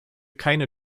keine